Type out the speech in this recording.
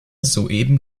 soeben